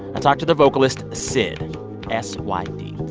i talked to their vocalist, syd s y d.